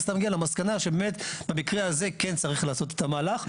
ואתה מגיע למסקנה שבמקרה הזה באמת כן צריך לעשות את המהלך,